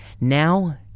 Now